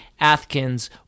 Athkins